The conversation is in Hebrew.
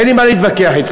אין לי מה להתווכח אתכם.